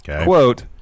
Quote